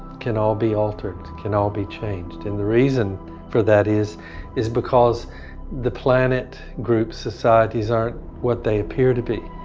can all be altered, can all be changed and the reason for that is is because the planet, group's, societies aren't what they appear to be.